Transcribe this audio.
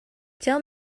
tell